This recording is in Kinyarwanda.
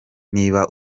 niba